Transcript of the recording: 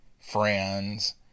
friends